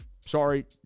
Sorry